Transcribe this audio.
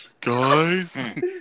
guys